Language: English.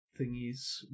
thingies